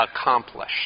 accomplished